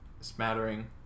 smattering